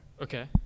Okay